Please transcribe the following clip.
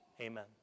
Amen